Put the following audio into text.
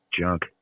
junk